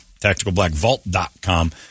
TacticalBlackVault.com